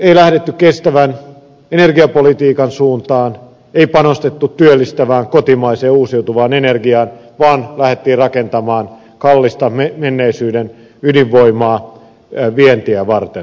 ei lähdetty kestävän energiapolitiikan suuntaan ei panostettu työllistävään kotimaiseen uusiutuvaan energiaan vaan lähdettiin rakentamaan kallista menneisyyden ydinvoimaa vientiä varten